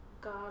god